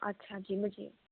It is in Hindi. अच्छा जी मुझे